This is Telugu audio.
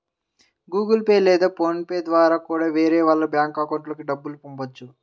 గుగుల్ పే లేదా ఫోన్ పే ద్వారా కూడా వేరే వాళ్ళ బ్యేంకు అకౌంట్లకి డబ్బుల్ని పంపొచ్చు